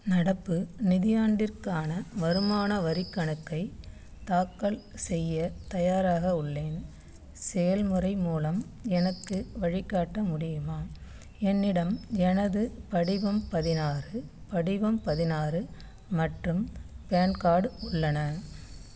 நடப்பு நிதியாண்டிற்கான வருமான வரி கணக்கை தாக்கல் செய்ய தயாராக உள்ளேன் செயல்முறை மூலம் எனக்கு வழிகாட்ட முடியுமா என்னிடம் எனது படிவம் பதினாறு படிவம் பதினாறு மற்றும் பான் கார்டு உள்ளன